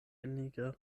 einige